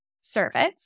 service